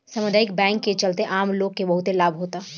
सामुदायिक बैंक के चलते आम लोग के बहुत लाभ होता